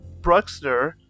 Bruxner